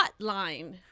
hotline